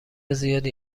زیادی